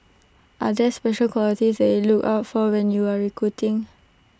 are this special qualities they look out for A new recruiting